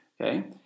okay